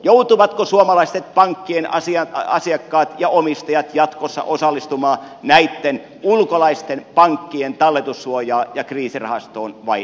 joutuvatko suomalaiset pankkien asiakkaat ja omistajat jatkossa osallistumaan näitten ulkolaisten pankkien talletussuojaan ja kriisirahastoon vai eivät